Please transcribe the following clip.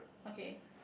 okay